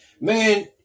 Man